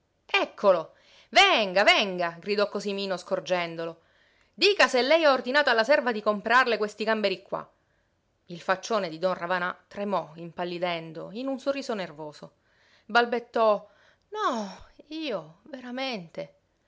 eccolo venga venga gridò cosimino scorgendolo dica se lei ha ordinato alla serva di comprarle questi gamberi qua il faccione di don ravanà tremò impallidendo in un sorriso nervoso balbettò no io veramente